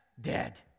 dead